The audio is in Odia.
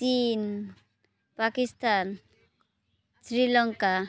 ଚୀନ ପାକିସ୍ତାନ ଶ୍ରୀଲଙ୍କା